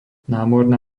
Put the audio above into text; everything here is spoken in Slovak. námorná